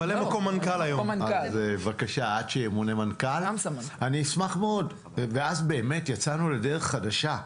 אז בבקשה עד שימונה מנכ"ל אני אשמח מאוד ואז באמת יצאנו לדרך חדשה.